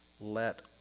let